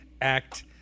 Act